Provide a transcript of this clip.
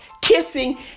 kissing